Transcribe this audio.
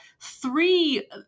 three